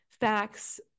facts